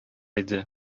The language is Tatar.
иде